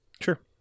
sure